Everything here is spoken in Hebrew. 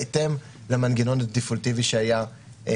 בהתאם למנגנון הדיפולטיבי שהיה.